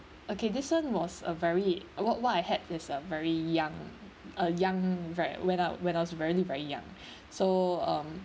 okay this [one] was a very what what I had is a very young a young right when I when I was very very young so um